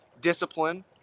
discipline